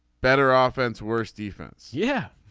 better ah offense worse defense. yeah.